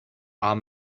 are